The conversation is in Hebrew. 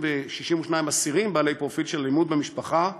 2,062 אסירים בעלי פרופיל של אלימות במשפחה,